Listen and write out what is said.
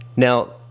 Now